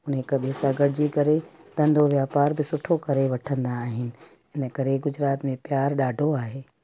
हुन हिकु ॿिएं सां गॾिजी करे धंधो वापार बि सुठो करे वठंदा आहिनि इनकरे गुजरात में प्यार ॾाढो आहे